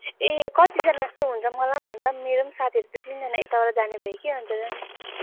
ए कतिजाना जस्तो हुन्छ मलाई पनि भन ल मेरो पनि साथीहरू दुई तिनजना यताबाट जाने भयो कि अन्त र नि